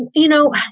you know,